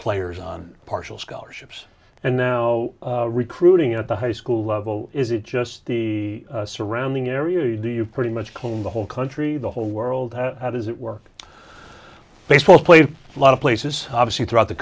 players on partial scholarships and now recruiting at the high school level is it just the surrounding area or do you pretty much can the whole country the whole world how does it work baseball players a lot of places obviously throughout the